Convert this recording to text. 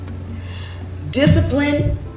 discipline